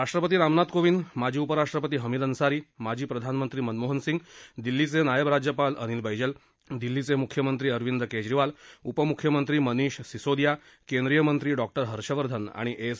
राष्ट्रपती रामनाथ कोविद माजी उपराष्ट्रपती हमीद अन्सारी माजी प्रधानमंत्री मनमोहन सिंग दिल्लीचे नायब राज्यपाल अनिल बैजल दिल्लीचे मुख्यमंत्री अरविद केजरीवाल उपमुख्यमंत्री मनिष सिसोदिया केंद्रीय मंत्री डॉक्टर हर्षवर्धन आणि एस